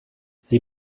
sie